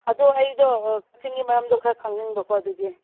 ꯑꯗꯣ ꯑꯩꯗꯣ ꯆꯤꯡꯒꯤ ꯃꯔꯝꯗꯣ ꯈꯔ ꯈꯪꯅꯤꯡꯕꯀꯣ ꯑꯗꯨꯒꯤ